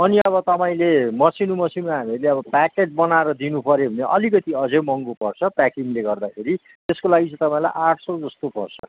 अनि अब तपाईँले मसिनो मसिनो हामीहरूले अब प्याकेट बनाएर दिनुपर्यो भने अलिकति अझै महँगो पर्छ प्याकिङले गर्दाखेरि त्यसको लागि चाहिँ तपाईँलाई आठ सौ जस्तो पर्छ